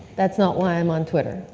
that's not why i'm on twitter.